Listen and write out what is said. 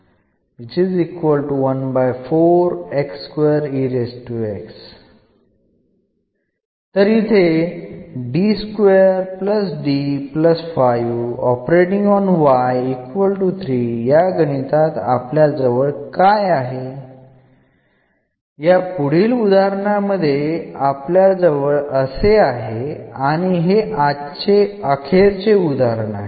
അതിനാൽ ഇത് ലളിതമായി നൽകും അടുത്ത പ്രോബ്ലം ഇന്നത്തെ അവസാനത്തേതാണ്